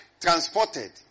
transported